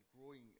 growing